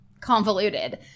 convoluted